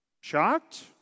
Shocked